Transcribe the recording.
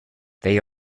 they